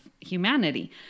humanity